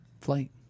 flight